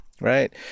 right